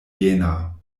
jena